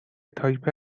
تایپه